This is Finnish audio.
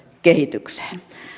kehitykseen